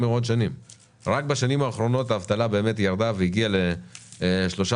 רק בשנים האחרונות האבטלה באמת ירדה והגיעה ל-3.5%.